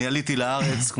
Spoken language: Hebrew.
אני עליתי ב-1972.